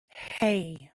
hey